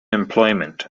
employment